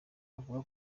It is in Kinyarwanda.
uvuga